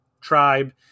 tribe